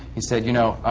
he said, you know,